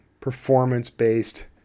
performance-based